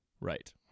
Right